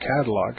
catalog